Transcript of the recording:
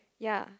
ya